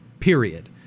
period